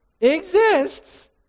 exists